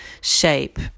shape